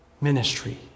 ministry